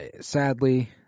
sadly